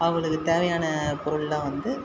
அவர்களுக்கு தேவையான பொருள்லாம் வந்து